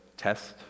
test